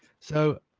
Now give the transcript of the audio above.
so,